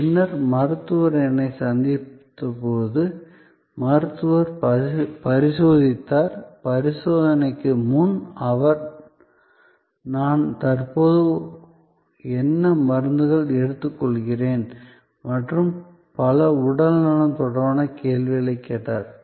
பின்னர் மருத்துவர் என்னைச் சந்தித்தபோது மருத்துவர் பரிசோதித்தார் பரிசோதனைக்கு முன் அவர் நான் தற்போது என்ன மருந்துகள் எடுத்துக்கொள்கிறேன் மற்றும் பல உடல்நலம் தொடர்பான கேள்விகளைக் கேட்டார்